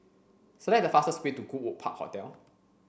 select the fastest way to Goodwood Park Hotel